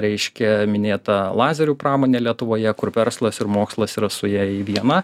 reiškia minėta lazerių pramonė lietuvoje kur verslas ir mokslas yra suėję į vieną